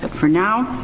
but for now,